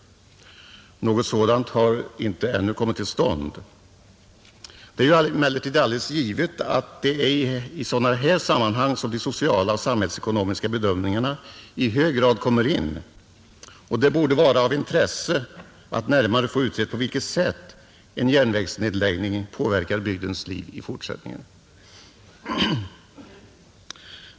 Någon sådan har ännu inte kommit till stånd. Det är emellertid alldeles givet att de sociala och samhällsekonomiska bedömningarna i hög grad kommer in i sådana här sammanhang, och det borde vara av intresse att närmare få utrett på vilket sätt en järnvägsnedläggning påverkar bygdens liv i fortsättningen.